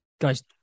guys